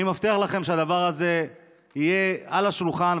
אני מבטיח לכם שהדבר הזה יהיה על השולחן,